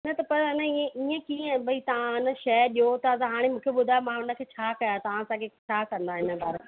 न त पर अञा ईअं ईअं कीअं भाई तव्हां न शइ ॾियो था त हाणे मूंखे ॿुधायो मां उनखे छा कया तव्हां असांखे छा कंदा इन बारे